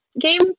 game